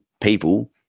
people